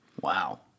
Wow